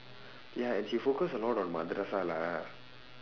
ya and she focus a lot on madrasah lah